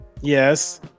yes